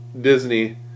Disney